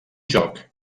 joc